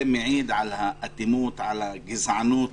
זה מעיד על האטימות, על הגזענות